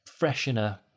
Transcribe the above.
freshener